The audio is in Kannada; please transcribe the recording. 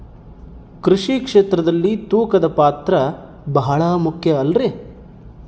ಕೃಷಿ ಕ್ಷೇತ್ರದಲ್ಲಿ ತೂಕದ ಪಾತ್ರ ಬಹಳ ಮುಖ್ಯ ಅಲ್ರಿ?